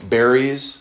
Berries